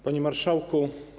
Panie Marszałku!